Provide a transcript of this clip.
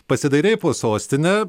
pasidairei po sostinę